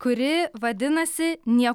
kuri vadinasi nie